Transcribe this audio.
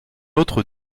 autre